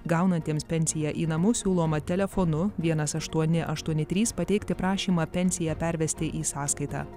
gaunantiems pensiją į namus siūloma telefonu vienas aštuoni aštuoni trys pateikti prašymą pensiją pervesti į sąskaitą